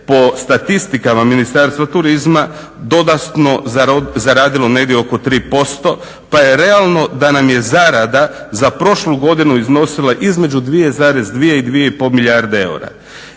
po statistikama Ministarstva turizma dodatno zaradilo negdje oko 3% pa je realno da nam je zarada za prošlu godinu iznosila između 2,2 i 2,5 milijarde eure.